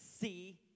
See